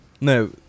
No